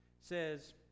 says